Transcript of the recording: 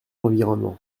l’environnement